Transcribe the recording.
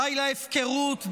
די להפקרות,